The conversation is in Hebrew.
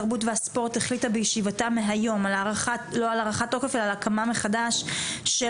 התרבות והספורט החליטה בישיבתה מהיום על הקמה מחדש של